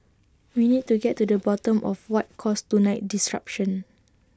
we need to get to the bottom of what caused tonight's disruption